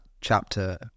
chapter